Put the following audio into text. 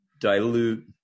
dilute